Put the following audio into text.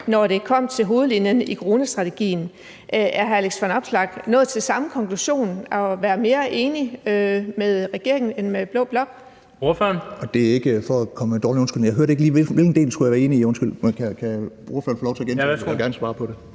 når det kom til hovedlinjerne i coronastrategien. Er hr. Alex Vanopslagh nået til samme konklusion om at være mere enig med regeringen end med blå blok?